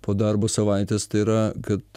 po darbo savaitės tai yra kad